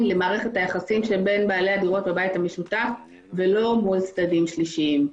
למערכת היחסים שבין בעלי הדירות בבית המשותף ולא מול צדדים שלישיים.